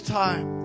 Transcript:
time